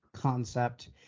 concept